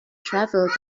travel